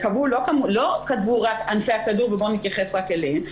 לא כתבו רק ענפי הכדור ובואו נתייחס רק אליהם,